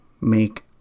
make